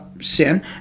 Sin